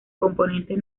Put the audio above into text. componentes